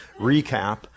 recap